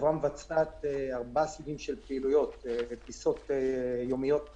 החברה מבצעת ארבעה סוגים של פעילויות: טיסות יומיות לאילת,